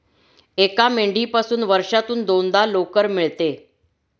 एका मेंढीपासून वर्षातून दोनदा लोकर मिळते